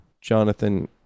Jonathan